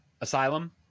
Asylum